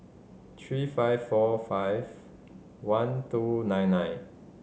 three five four five one two nine nine